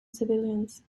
civilians